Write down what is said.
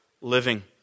living